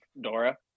Dora